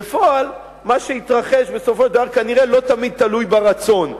בפועל מה שהתרחש בסופו של דבר כנראה לא תמיד תלוי ברצון.